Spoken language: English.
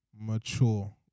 mature